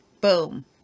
boom